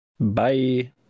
Bye